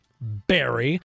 Barry